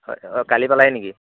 হয় অ' কালি পালাহি নেকি